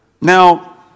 Now